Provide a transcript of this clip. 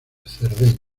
cerdeña